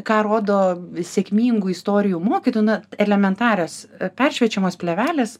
ką rodo sėkmingų istorijų mokytojų na elementarios peršviečiamos plėvelės